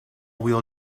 wheel